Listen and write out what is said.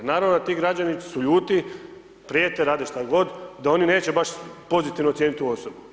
Naravno da ti građani su ljuti, prijete, rade šta god, da oni neće baš pozitivno ocijeniti tu osobu.